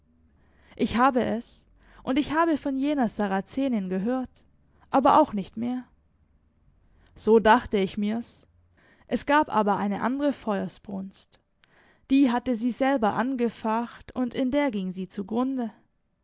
ich habe es und ich habe von jener sarazenin gehört aber auch nicht mehr so dachte ich mir's es gab aber eine andere feuersbrunst die hatte sie selber angefacht und in der ging sie zugrunde